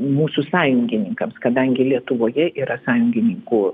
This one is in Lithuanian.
mūsų sąjungininkams kadangi lietuvoje yra sąjungininkų